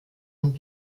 und